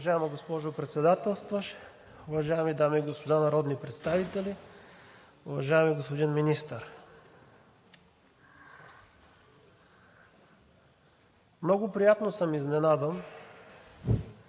Уважаема госпожо Председателстващ, уважаеми дами и господа народни представители! Уважаеми господин Министър, много приятно съм изненадан